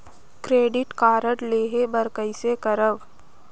Credit card लेहे बर कइसे करव?